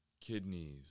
kidneys